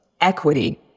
equity